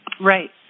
Right